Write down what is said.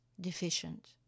deficient